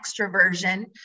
extroversion